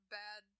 bad